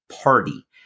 party